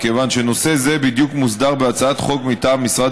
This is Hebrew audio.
מכיוון שנושא זה בדיוק מוסדר בהצעת חוק מטעם משרד